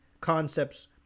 concepts